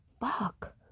fuck